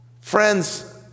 Friends